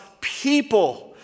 people